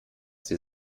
sie